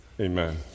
amen